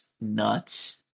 nuts